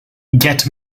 get